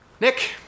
Nick